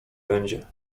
będzie